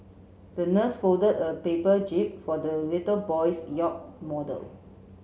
the nurse folded a paper jib for the little boy's yacht model